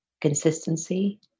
consistency